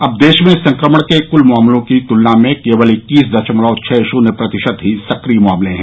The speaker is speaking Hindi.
अब देश में संक्रमण के क्ल मामलों की तुलना में केवल इक्कीस दशमलव छह शुन्य प्रतिशत ही सक्रिय मामले हैं